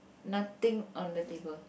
nothing on the table